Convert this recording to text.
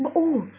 but oo